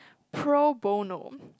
pro bono